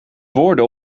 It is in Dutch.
woorden